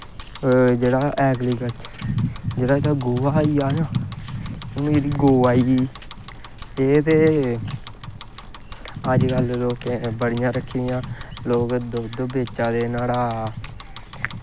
जेह्ड़ा एह्दा गोहा होइया हून जेह्ड़ी गौ आई गेई एह् ते अजकल्ल ते लोकें बड़ियां रक्खी दियां लोग दुद्ध बेचा दे नोहाड़ा